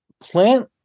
Plant